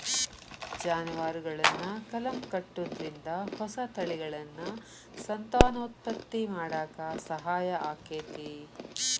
ಜಾನುವಾರುಗಳನ್ನ ಕಲಂ ಕಟ್ಟುದ್ರಿಂದ ಹೊಸ ತಳಿಗಳನ್ನ ಸಂತಾನೋತ್ಪತ್ತಿ ಮಾಡಾಕ ಸಹಾಯ ಆಕ್ಕೆತಿ